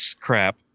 crap